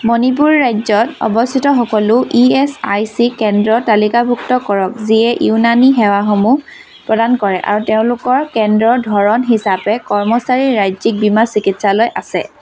মণিপুৰ ৰাজ্যত অৱস্থিত সকলো ই এছ আই চি কেন্দ্ৰ তালিকাভুক্ত কৰক যিয়ে ইউনানী সেৱাসমূহ প্ৰদান কৰে আৰু তেওঁলোকৰ কেন্দ্ৰৰ ধৰণ হিচাপে কৰ্মচাৰীৰ ৰাজ্যিক বীমা চিকিৎসালয় আছে